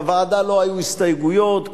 בוועדה לא היו הסתייגויות,